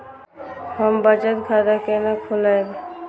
हम बचत खाता केना खोलैब?